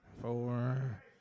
four